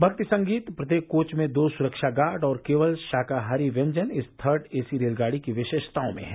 भक्ति संगीत प्रत्येक कोच में दो सुरक्षागार्ड और केवल शाकाहारी व्यंजन इस थर्ड एसी रेलगाड़ी की विशेषताओं में है